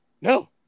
no